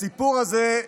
הסיפור הזה,